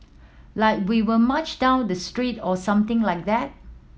like we will march down the street or something like that